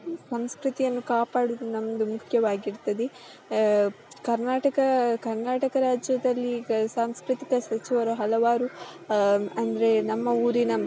ಸಂಸ್ಕೃತಿಯನ್ನು ಕಾಪಾಡೋದು ನಮ್ಮದು ಮುಖ್ಯವಾಗಿರ್ತದೆ ಕರ್ನಾಟಕ ಕರ್ನಾಟಕ ರಾಜ್ಯದಲ್ಲಿ ಈಗ ಸಾಂಸ್ಕೃತಿಕ ಸಚಿವರು ಹಲವಾರು ಅಂದರೆ ನಮ್ಮ ಊರಿನ